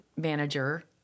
Manager